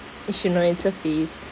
you should know it's a phase